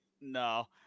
No